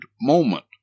moment